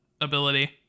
ability